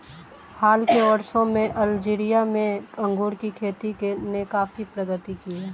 हाल के वर्षों में अल्जीरिया में अंगूर की खेती ने काफी प्रगति की है